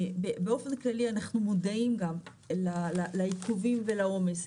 באופן כללי אנחנו מודעים גם לעיכובים ולעומס,